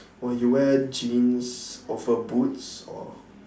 or your wear jeans over boots or